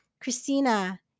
Christina